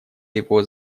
его